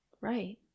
right